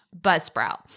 buzzsprout